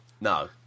No